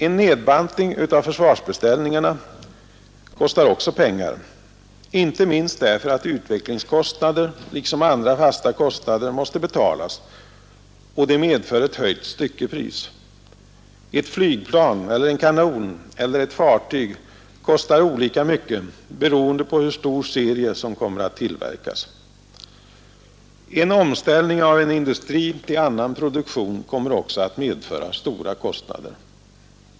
En nedbantning av försvarsbeställningarna kostar också pengar, inte minst därför att utvecklingskostnader liksom andra fasta kostnader måste betalas, och det medför ett höjt styckepris. Ett flygplan eller en kanon eller ett fartyg kostar olika mycket, beroende på hur stor serie som kommer att tillverkas. En omställning av en industri till annan produktion kommer också att medföra stora kostnader.